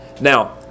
Now